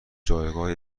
جایگاه